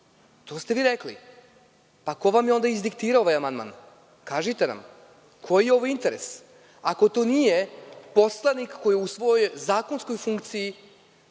To ste vi rekli. Pa, ko vam je onda izdiktirao ovaj amandman? Kažite nam, koji je ovo interes, ako to nije poslanik koji je u svojoj zakonskoj funkciji,